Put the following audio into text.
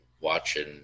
watching